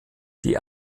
die